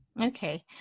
Okay